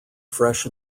fresh